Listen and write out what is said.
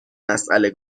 مسئله